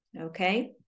Okay